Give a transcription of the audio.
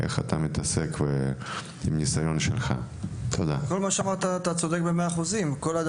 אתה צודק ב-100% בכל מה שאמרת.